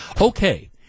Okay